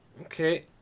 Okay